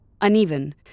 uneven